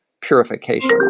purification